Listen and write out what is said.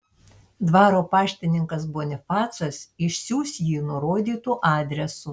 dvaro paštininkas bonifacas išsiųs jį nurodytu adresu